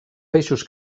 peixos